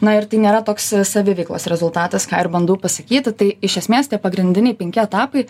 na ir tai nėra toks saviveiklos rezultatas ką ir bandau pasakyti tai iš esmės tie pagrindiniai penki etapai